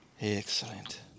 excellent